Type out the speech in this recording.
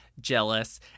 jealous